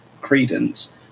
credence